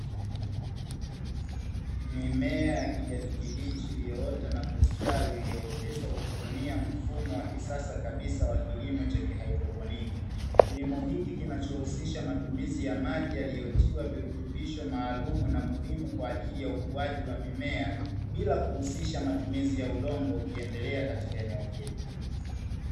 Mimea ya kijani kipichi iliyoota na kustawi; Iliyooteshwa kwa kutumia mfumo wa kisasa kabisa wa kilimo cha kihaidroponiki. Kilimo hiki kinacho husisha matumizi ya maji yaliyotiwa virutubisho maalumu na muhimu kwaajili ya ukuaji wa mimea, bila kuhusisha matumizi ya udongo ukiendelea katika eneo hili.